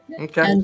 Okay